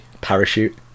Parachute